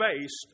based